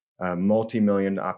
multi-million